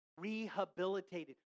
rehabilitated